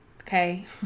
okay